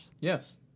Yes